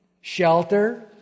shelter